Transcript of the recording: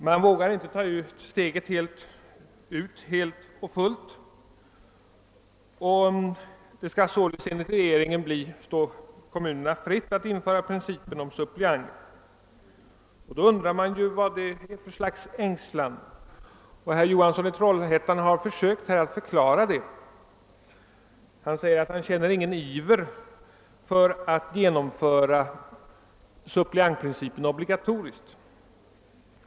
Den vågar inte ta steget fullt ut; det skall sålunda enligt regeringen stå kommunerna fritt att införa principen om suppleanter. Då undrar man vad detta är för slags ängslan. Herr Johansson i Trollhättan har försökt att förklara den. Han säger att han inte känner någon iver för att införa suppleantprincipen obligatoriskt.